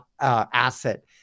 asset